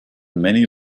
many